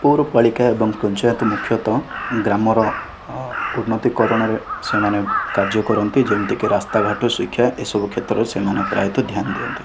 ପୌରପାଳିକା ଏବଂ ପଞ୍ଚାୟତ ମୁଖ୍ୟତଃ ଗ୍ରାମର ଉନ୍ନତି କରଣରେ ସେମାନେ କାର୍ଯ୍ୟ କରନ୍ତି ଯେମିତି କି ରାସ୍ତା ଘାଟ ଶିକ୍ଷା ଏସବୁ କ୍ଷେତ୍ରରେ ସେମାନେ ପ୍ରାୟତଃ ଧ୍ୟାନ ଦିଅନ୍ତି